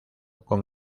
con